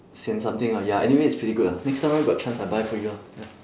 saint something ah ya anyway it's pretty good lah next time round got chance I buy for you ah ya